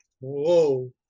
Whoa